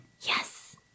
Yes